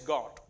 God